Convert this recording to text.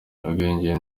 ubwenge